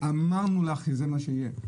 אמרנו לך שזה מה שיהיה,